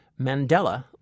Mandela